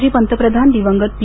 माजी पंतप्रधान दिवंगत पी